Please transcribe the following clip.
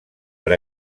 per